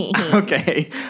Okay